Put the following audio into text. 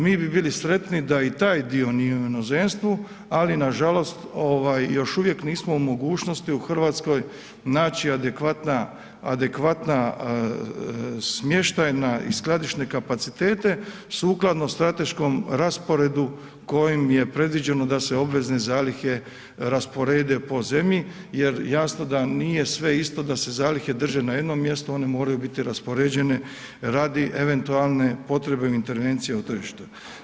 Mi bi bili sretni da i taj dio nije u inozemstvu ali nažalost još uvijek nismo u mogućnosti u Hrvatskoj naći adekvatna smještajna i skladišne kapacitete sukladno strateškom rasporedu kojim je predviđeno da se obvezne zalihe rasporede po zemlji jer jasno da nije sve isto da se zalihe drže na jednom mjestu, one moraju biti raspoređene radi eventualne potrebne intervencije o tržištu.